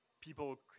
people